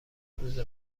روز